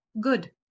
good